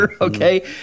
okay